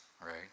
right